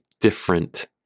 different